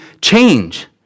change